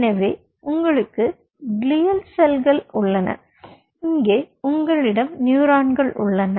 எனவே இங்கே உங்களுக்கு க்ளியல் செல்கள் உள்ளன இங்கே உங்களிடம் நியூரான்கள் உள்ளன